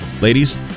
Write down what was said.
Ladies